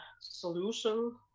solution